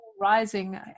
rising